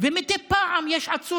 וכולנו נוכל ליהנות מהם.